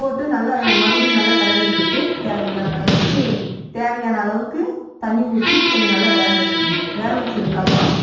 போட்டு நல்லா மறுபடியும் நல்லா கிளறி விட்டுட்டு தேவையான அளவுக்கு தேவையான அளவுக்கு தண்ணி ஊற்றி கொஞ்சம் நல்லா வேக வச்சுக்கணும் வேக வச்சதுக்கப்புறம்